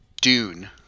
Dune